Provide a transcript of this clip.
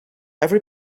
every